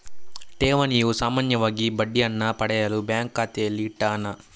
ಠೇವಣಿಯು ಸಾಮಾನ್ಯವಾಗಿ ಬಡ್ಡಿಯನ್ನ ಪಡೆಯಲು ಬ್ಯಾಂಕು ಖಾತೆಯಲ್ಲಿ ಇಟ್ಟ ಹಣ